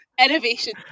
Innovation